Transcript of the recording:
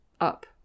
up